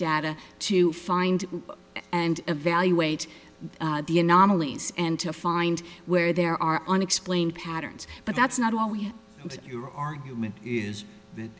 data to find and evaluate the anomalies and to find where there are unexplained patterns but that's not always and your argument is that